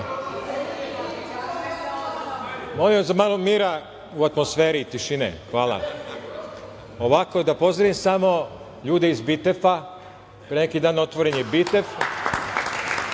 vas za malo mira u atmosferi i tišine. Hvala. Ovako, da pozdravim samo ljude iz Bitef, pre neki dan otvoren je Bitef.